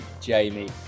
Jamie